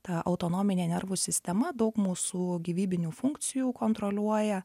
ta autonominė nervų sistema daug mūsų gyvybinių funkcijų kontroliuoja